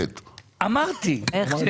אמרתי את זה.